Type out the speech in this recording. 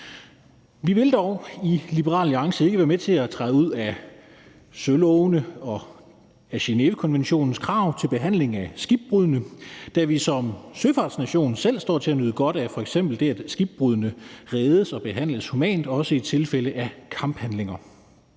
Vi vil dog i Liberal Alliance ikke være med til at træde ud af sølovene og af Genèvekonventionens krav til behandling af skibbrudne, da vi som søfartsnation selv står til at nyde godt af f.eks. det, at skibbrudne reddes og behandles humant, også i tilfælde af kamphandlinger.